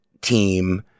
team